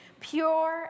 pure